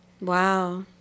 Wow